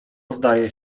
zdaje